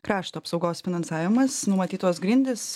krašto apsaugos finansavimas numatytos grindys